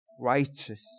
righteous